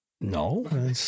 No